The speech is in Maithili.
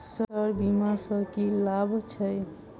सर बीमा सँ की लाभ छैय?